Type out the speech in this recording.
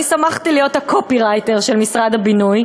אני שמחתי להיות הקופירייטר של משרד הבינוי,